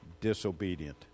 disobedient